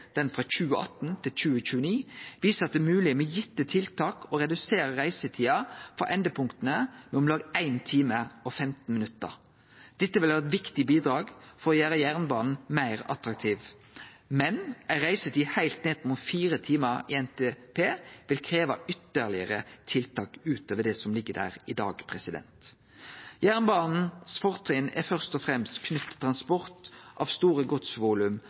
den frå 2018–2029, viser at det med gitte tiltak er mogleg å redusere reisetida frå endepunkta med om lag 1 time og 15 minutt. Dette vil vere eit viktig bidrag for å gjere jernbanen meir attraktiv, men ei reisetid heilt ned mot fire timar i NTP vil krevje ytterlegare tiltak ut over dei som ligg der i dag. Fortrinna til jernbanen er først og fremst knytte til transport av store godsvolum